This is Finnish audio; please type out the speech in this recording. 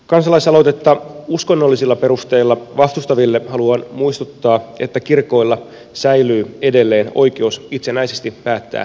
kansalaisaloitetta uskonnollisilla perusteilla vastustaville haluan muistuttaa että kirkoilla säilyy edelleen oikeus itsenäisesti päättää vihkioikeudestaan